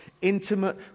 intimate